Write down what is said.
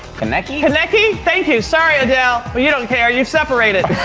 konecki? konecki. thank you. sorry, adele. but you don't care. you've separated.